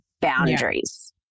boundaries